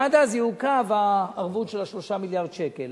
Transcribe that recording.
ועד אז תעוכב הערבות של 3 מיליארד שקל.